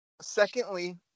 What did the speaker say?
Secondly